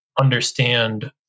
understand